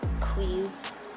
Please